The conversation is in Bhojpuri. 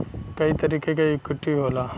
कई तरीके क इक्वीटी होला